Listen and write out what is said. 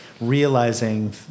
realizing